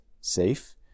safe